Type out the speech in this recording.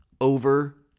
over